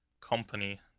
company